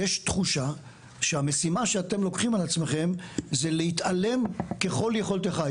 יש תחושה שהמשימה שאתם לוקחים על עצמכם זה להתעלם ככל יכולתך.